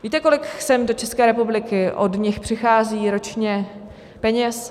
Víte, kolik sem do České republiky od nich přichází ročně peněz?